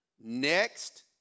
next